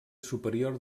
superior